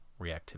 reactivity